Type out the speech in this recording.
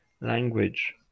language